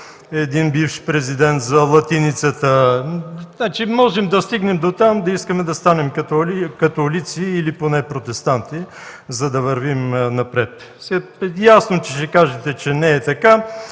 един бивш президент за латиницата, значи можем да стигнем до там – да искаме да станем католици или поне протестанти, за да вървим напред. Ясно е, че ще кажете, че не е така.